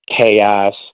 chaos